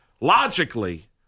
logically